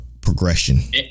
progression